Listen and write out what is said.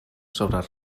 sobre